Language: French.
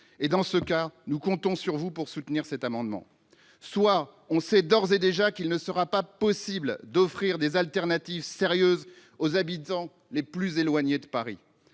auquel cas nous comptons sur vous pour soutenir cet amendement, soit on sait d'ores et déjà qu'il ne sera pas possible d'offrir des alternatives sérieuses aux habitants les plus éloignés de Paris,